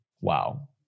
Wow